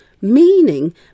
meaning